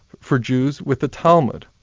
for jews, with the talmud.